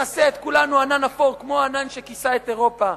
יכסה את כולנו ענן אפור כמו הענן שכיסה את אירופה,